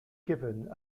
given